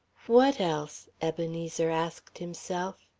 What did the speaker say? what else? ebenezer asked himself.